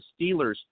Steelers